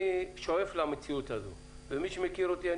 אני שואף למציאות הזאת ומי שמכיר אותי,